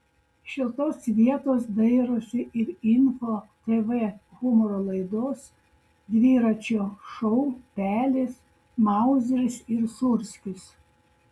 šiltos vietos dairosi ir info tv humoro laidos dviračio šou pelės mauzeris ir sūrskis